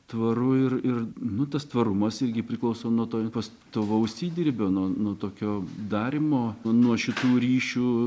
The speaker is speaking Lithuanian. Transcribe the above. tvaru ir ir nu tas tvarumas irgi priklauso nuo to pastovaus įdirbio nuo nuo tokio darymo nuo šitų ryšių